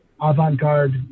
avant-garde